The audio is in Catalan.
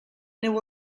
neu